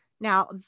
now